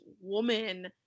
woman